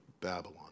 Babylon